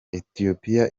ethiopia